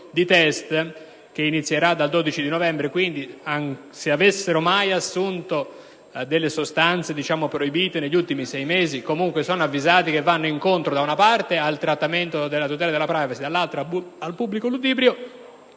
di test, che inizierà dal 12 novembre - se avessero mai assunto delle sostanze proibite negli ultimi sei mesi sono avvisati che vanno incontro da una parte al trattamento della tutela della *privacy*, dall'altra al pubblico ludibrio